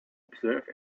observe